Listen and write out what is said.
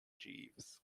jeeves